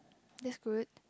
that's good